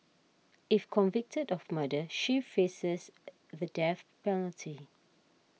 if convicted of murder she faces the death penalty